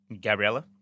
Gabriella